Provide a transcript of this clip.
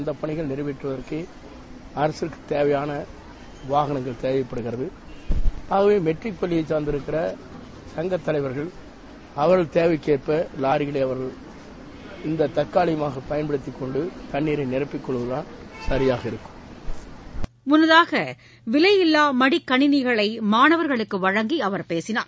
அந்தப் பணிகளை நிறைவேற்றுவதற்கு அரசுக்கு தேவையான வாகனங்கள் தேவைய்படுகிறது ஆகவே மெட்ரிக் பள்ளியை சார்ந்திருக்கும் சங்கத் தலைவர்கள் அவர்கள் தேவைக்கேற்ப இந்த லாரிகளை தற்காலிகமாக பயன்படுத்திக்கொண்டு தண்ணீரை நிரப்பிக்கொள்வதுதான் சரியாக இருக்கும் முன்னதாக விலையில்லா மடிக்கணினிகளை மாணவர்களுக்கு வழங்கி அவர் பேசினார்